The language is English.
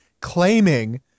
claiming